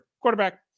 quarterback